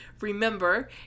remember